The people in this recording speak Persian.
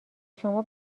شما